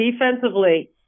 defensively